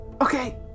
okay